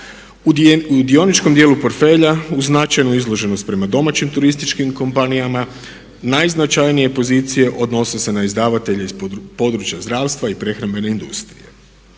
U dioničkom dijelu portfelja uz značajnu izloženost prema domaćih turističkim kompanijama najznačajnije pozicije odnose se na izdavatelje iz područja zdravstva i prehrambene industrije.